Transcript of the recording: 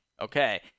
Okay